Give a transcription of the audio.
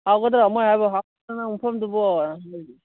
ꯍꯥꯎꯒꯗ꯭ꯔꯣ ꯃꯈꯣꯏ ꯍꯥꯏꯔꯤꯕꯣ ꯍꯥꯎꯒꯗ꯭ꯔꯣ ꯅꯪ ꯃꯐꯝꯗꯨꯕꯣꯅ